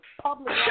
public